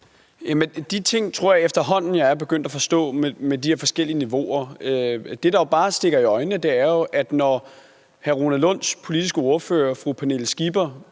De ting tror jeg efterhånden jeg er begyndt at forstå, altså det med de her forskellige niveauer. Det, der jo bare stikker i øjnene, er, at når hr. Rune Lunds politiske ordfører, fru Pernille Skipper,